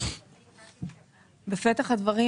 פגיעה בתחרות,